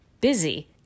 busy